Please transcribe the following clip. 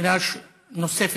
שאלה נוספת.